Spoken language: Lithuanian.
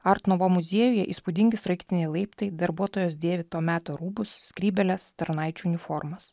art nuvo muziejuje įspūdingi sraigtiniai laiptai darbuotojos dėvi to meto rūbus skrybėles tarnaičių uniformas